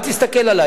אל תסתכל עלי.